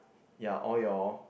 ya all your